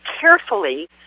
carefully